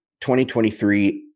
2023